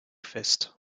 fest